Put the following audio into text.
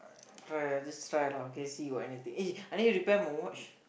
try ah just try lah okay see if got anything eh I need to repair my watch